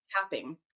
tapping